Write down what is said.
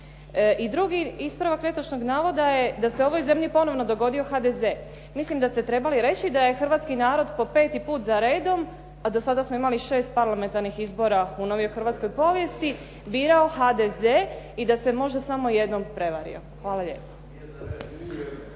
I drugi ispravak netočnog navoda je da se ovoj zemlji ponovo dogodio HDZ. Mislim da ste trebali reći da je hrvatski narod po peti put za redom a do sada smo imali šest parlamentarnih izbora u novijoj hrvatskoj povijesti birao HDZ i da se možda samo jednom prevario. Hvala lijepo.